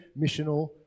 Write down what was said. missional